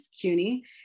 CUNY